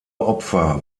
opfer